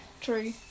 true